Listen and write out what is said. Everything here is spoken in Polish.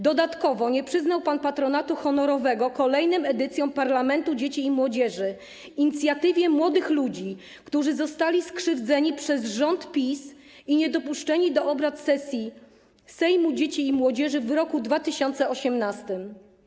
Dodatkowo nie przyznał pan patronatu honorowego kolejnym edycjom parlamentu dzieci i młodzieży, inicjatywie młodych ludzi, którzy zostali skrzywdzeni przez rząd PiS i niedopuszczeni do obrad sesji Sejmu Dzieci i Młodzieży w roku 2018.